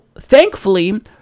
thankfully